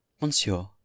Monsieur